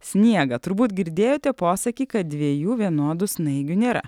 sniegą turbūt girdėjote posakį kad dviejų vienodų snaigių nėra